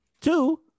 Two